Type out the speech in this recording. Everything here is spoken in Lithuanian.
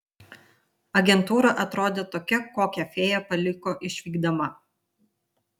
agentūra atrodė tokia kokią fėja paliko išvykdama